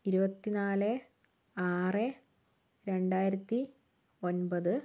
ഇരുപത്തി നാല് ആറ് രണ്ടായിരത്തി ഒൻപത്